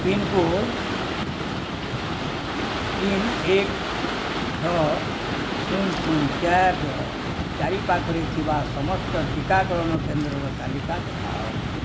pincode ତିନି ଏକ ଛଅ ଶୂନ ଶୂନ ଚାରି ର ଚାରିପାଖରେ ଥିବା ସମସ୍ତ ଟିକାକରଣ କେନ୍ଦ୍ରର ତାଲିକା ଦେଖାଅ